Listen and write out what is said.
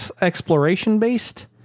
exploration-based